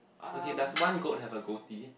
okay does one goat have a goatie